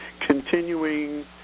Continuing